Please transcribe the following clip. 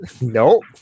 Nope